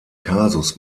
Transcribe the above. kasus